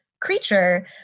creature